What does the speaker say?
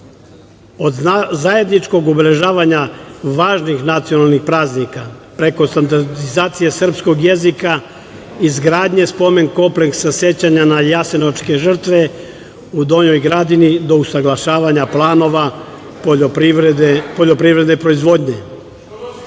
Od zajedničkog obeležavanja važnih nacionalnih praznika, preko standardizacije srpskog jezika, izgradnje spomen kompleksa sećanja na Jasenovačke žrtve u Donjoj Gradini do usaglašavanja planova poljoprivredne proizvodnje. Naša